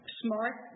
smart